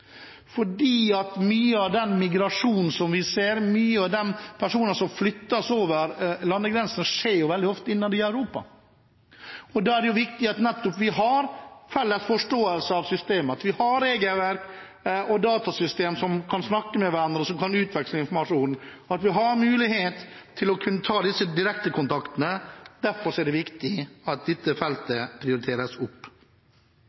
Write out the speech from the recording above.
mye av den migrasjonen som vi ser, mange av de personene som flyttes over landegrensene, skjer veldig ofte innad i Europa. Da er det viktig at vi nettopp har en felles forståelse av systemet, at vi har regelverk og datasystemer som kan snakke med hverandre, og som kan utveksle informasjon, at vi har mulighet til å kunne ta direkte kontakt. Derfor er det viktig at dette feltet prioriteres.